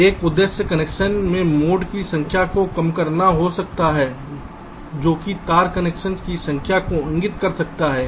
तो एक उद्देश्य कनेक्शन में मोड़ की संख्या को कम करना हो सकता है जो कि तार कनेक्शन की संख्या को इंगित कर सकता है